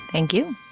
thank you